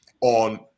on